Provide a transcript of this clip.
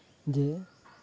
ᱡᱮ